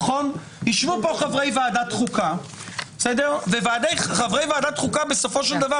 ישבו כאן חברי ועדת חוקה וחברי ועדת החוקה בסופו של דבר